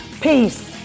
Peace